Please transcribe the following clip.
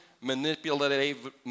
manipulative